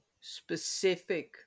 specific